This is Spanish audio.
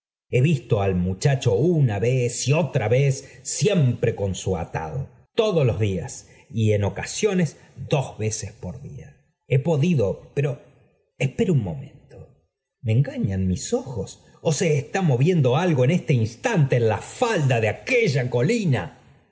he visto al mucha cho una vez y otra vez siempre con su atados todos los días y en ocasiones dos veces por día he podido pero espere un momento me engañan mis ojos ó se está moviendo algo en este instante en la falda de aquella colina